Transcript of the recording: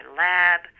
lab